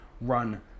run